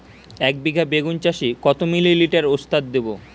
একবিঘা বেগুন চাষে কত মিলি লিটার ওস্তাদ দেবো?